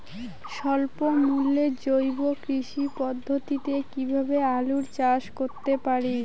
স্বল্প মূল্যে জৈব কৃষি পদ্ধতিতে কীভাবে আলুর চাষ করতে পারি?